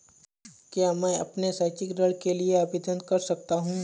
क्या मैं अपने शैक्षिक ऋण के लिए आवेदन कर सकता हूँ?